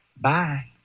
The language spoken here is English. Bye